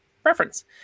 preference